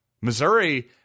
Missouri